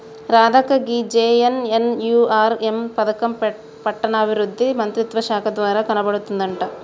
రాధక్క గీ జె.ఎన్.ఎన్.యు.ఆర్.ఎం పథకం పట్టణాభివృద్ధి మంత్రిత్వ శాఖ ద్వారా నడపబడుతుందంట